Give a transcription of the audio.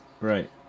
Right